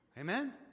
amen